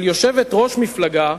של יושבת-ראש מפלגה,